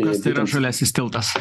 kas tai yra žaliasis tiltas